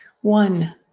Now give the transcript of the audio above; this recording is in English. One